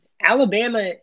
Alabama